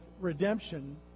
redemption